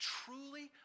truly